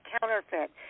counterfeit